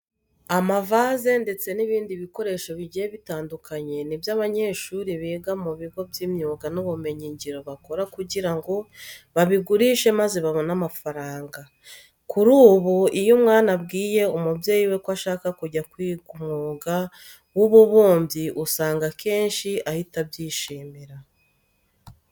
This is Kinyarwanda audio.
Amavaze ndetse n'ibindi bikoresho bigiye bitandukanye ni byo abanyeshuri biga mu bigo by'imyuga n'ubumenyingiro bakora kugira ngo babigurishe maze babone amafaranga. Kuri ubu, iyo umwana abwiye umubyeyi we ko ashaka kujya kwiga umwuga w'ububumbyi usanga akenshi ahita abyishimira.